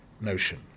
notion